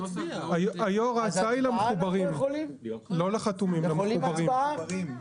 ההצעה היא לחתומים ולא למחוברים רק לחתומים.